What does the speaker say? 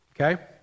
Okay